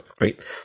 right